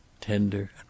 tender